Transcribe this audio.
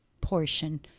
portion